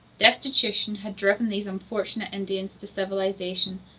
destitution had driven these unfortunate indians to civilization,